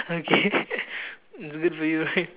okay it's good for you right